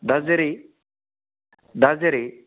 दा जेरै दा जेरै